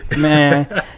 Man